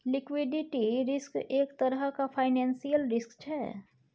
liquidity risk एक तरहक financial risk छै